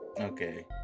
okay